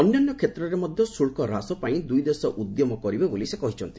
ଅନ୍ୟାନ୍ୟ କ୍ଷେତ୍ରରେ ମଧ୍ୟ ଶୁଳ୍କ ହ୍ରାସ ପାଇଁ ଦୁଇଦେଶ ଉଦ୍ୟମ କରିବେ ବୋଲି ସେ କହିଛନ୍ତି